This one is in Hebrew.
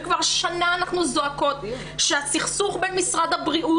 וכבר שנה אנחנו זועקות שהסכסוך בין משרד הבריאות